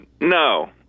No